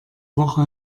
woche